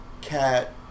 Cat